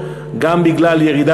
חשוב לי לציין עוד,